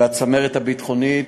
הצמרת הביטחונית,